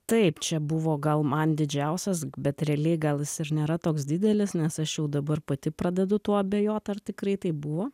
taip čia buvo gal man didžiausias bet realiai gal ir nėra toks didelis nes aš jau dabar pati pradedu tuo abejot ar tikrai taip buvo